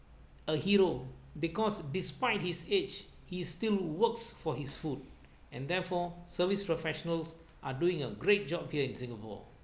a hero because despite his age he still works for his food and therefore service professionals are doing a great job here in singapore